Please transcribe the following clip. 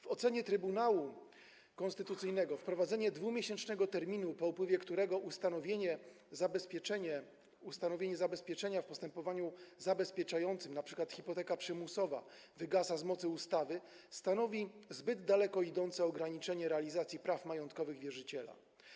W ocenie Trybunału Konstytucyjnego wprowadzenie 2-miesięcznego terminu, po upływie którego ustanowienie zabezpieczenia w postępowaniu zabezpieczającym, np. hipoteka przymusowa, wygasa z mocy ustawy, stanowi zbyt daleko idące ograniczenie realizacji praw majątkowych wierzyciela.